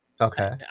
Okay